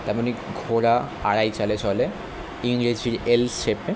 তেমনই ঘোড়া আড়াই চালে চলে ইংরেজি এল শেপে